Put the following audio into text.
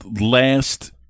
last